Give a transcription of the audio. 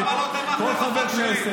כל חבר כנסת,